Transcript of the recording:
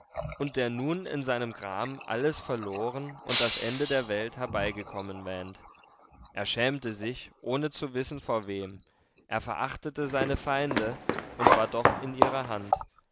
und der nun in seinem gram alles verloren und das ende der welt herbeigekommen wähnt er schämte sich ohne zu wissen vor wem er verachtete seine feinde und war doch in ihrer hand